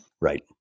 Right